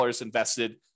invested